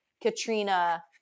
Katrina